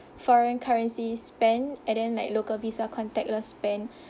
foreign currency spend and then like local Visa contactless spend